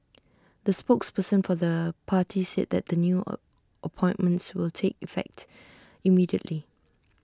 the spokesperson for the party said that the new A appointments will take effect immediately